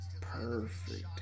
Perfect